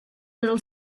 little